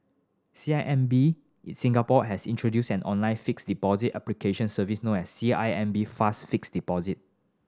C I M B Singapore has introduced an online fixed deposit application service known as C I M B Fast Fixed Deposit